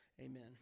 Amen